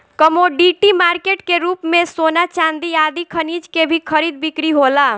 commodity market के रूप में सोना चांदी आदि खनिज के भी खरीद बिक्री होला